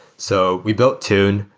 so we built tune.